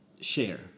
share